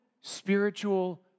spiritual